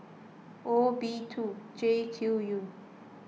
O B two J Q U